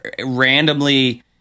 randomly